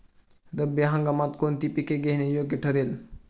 रब्बी हंगामात कोणती पिके घेणे योग्य ठरेल?